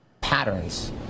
Patterns